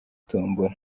tombola